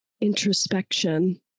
introspection